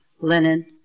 linen